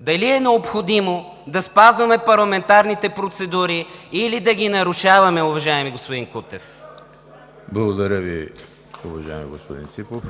дали е необходимо да спазваме парламентарните процедури, или да ги нарушаваме, уважаеми господин Кутев? ПРЕДСЕДАТЕЛ ЕМИЛ ХРИСТОВ: Благодаря Ви, уважаеми господин Ципов.